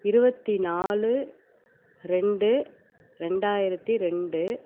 இருபத்தி நாலு ரெண்டு ரெண்டாயிரத்தி ரெண்டு